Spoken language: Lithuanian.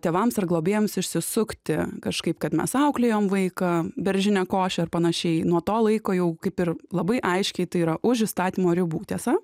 tėvams ar globėjams išsisukti kažkaip kad mes auklėjom vaiką beržine koše ar panašiai nuo to laiko jau kaip ir labai aiškiai tai yra už įstatymo ribų tiesa